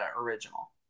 original